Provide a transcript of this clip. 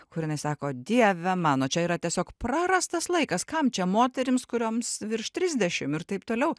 kur jinai sako dieve mano čia yra tiesiog prarastas laikas kam čia moterims kurioms virš trisdešimt ir taip toliau